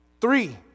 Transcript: Three